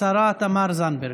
השרה תמר זנדברג.